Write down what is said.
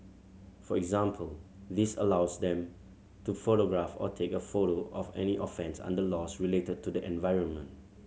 for example this allows them to photograph or take a photo of any offence under laws related to the environment